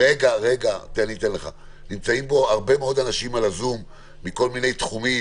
נמצאים פה הרבה אנשים בזום מכל מיני תחומים,